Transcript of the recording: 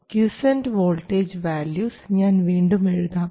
quiescent voltage values ഞാൻ വീണ്ടും എഴുതാം